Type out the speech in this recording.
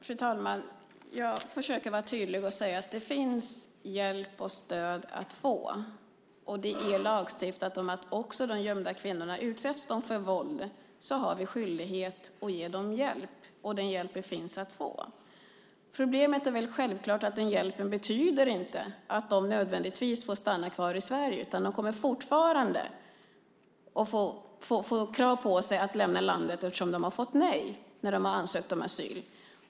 Fru talman! Jag försöker att vara tydlig med att det finns hjälp och stöd att få. Det är lagstiftat om att det gäller också de gömda kvinnorna. Utsätts de för våld har vi skyldighet att ge dem hjälp, och den hjälpen finns att få. Problemet är självklart att den hjälpen inte betyder att de nödvändigtvis får stanna kvar i Sverige. De kommer fortfarande att få krav på sig att lämna landet eftersom de har fått nej när de har ansökt om asyl.